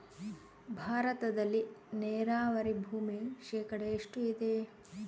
ಭಾರತದಲ್ಲಿ ನೇರಾವರಿ ಭೂಮಿ ಶೇಕಡ ಎಷ್ಟು ಇದೆ?